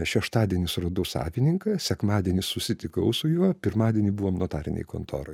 šeštadienis suradau savininką sekmadienį susitikau su juo pirmadienį buvom notarinėj kontoroj